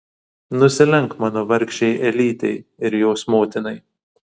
nusilenk mano vargšei elytei ir jos motinai